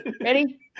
Ready